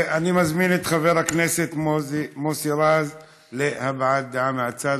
אני מזמין את חבר הכנסת מוסי רז להבעת דעה מהצד,